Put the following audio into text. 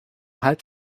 halb